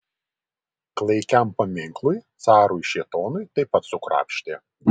klaikiam paminklui carui šėtonui taip pat sukrapštė